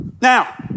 Now